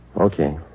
Okay